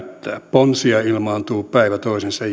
ponsia ilmaantuu päivä toisensa